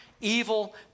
evil